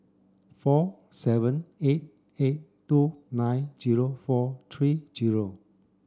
four seven eight eight two nine zero four three zero